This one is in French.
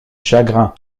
chagrin